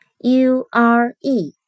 U-R-E